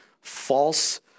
false